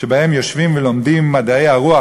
שיושבים ולומדים מדעי הרוח,